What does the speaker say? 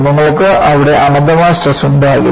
നിങ്ങൾക്ക് അവിടെ അനന്തമായ സ്ട്രെസ് ഉണ്ടാകില്ല